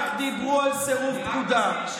רק דיברו על סירוב פקודה.